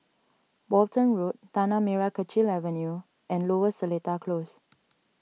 Walton Road Tanah Merah Kechil Avenue and Lower Seletar Close